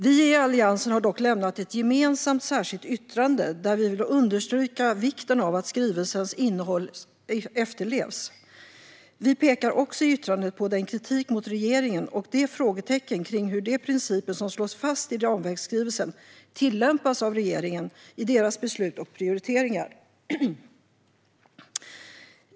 Vi i Alliansen har dock lämnat ett gemensamt särskilt yttrande där vi vill understryka vikten av att skrivelsens innehåll efterlevs. Vi pekar också i yttrandet på kritiken mot regeringen och de frågetecken som finns kring hur de principer som slås fast i ramverksskrivelsen tillämpas av regeringen i dess beslut och prioriteringar.